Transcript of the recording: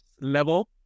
level